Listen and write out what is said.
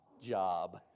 job